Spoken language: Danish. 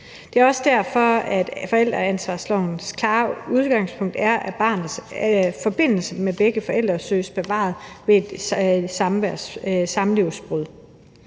Det er også derfor, at forældreansvarslovens klare udgangspunkt er, at barnets forbindelse til begge forældre søges bevaret ved et samlivsbrud.